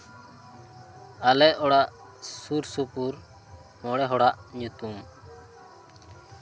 ᱟᱞᱮ ᱚᱲᱟᱜ ᱥᱩᱨ ᱥᱩᱯᱩᱨ ᱢᱚᱬᱮ ᱦᱚᱲᱟᱜ ᱧᱩᱛᱩᱢ